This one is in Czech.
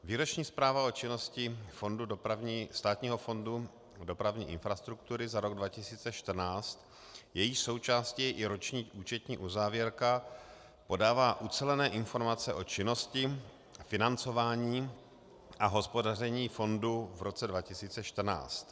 Výroční zpráva o činnosti Státního fondu dopravní infrastruktury za rok 2014, jejíž součástí je i roční účetní uzávěrka, podává ucelené informace o činnosti, financování a hospodaření fondu v roce 2014.